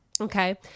Okay